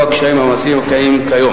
והדבר